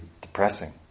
depressing